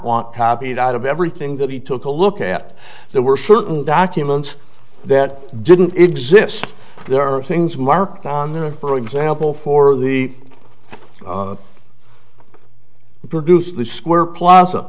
out of everything that he took a look at there were certain documents that didn't exist there are things marked on there for example for the produce square plaza